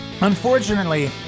unfortunately